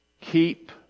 Keep